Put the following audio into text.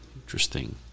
Interesting